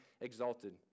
exalted